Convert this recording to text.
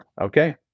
okay